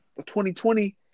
2020